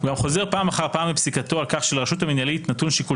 גם חוזר פעם אחר פעם בפסיקתו על כך שלרשות המינהלית נתון שיקול